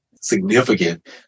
significant